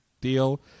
deal